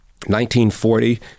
1940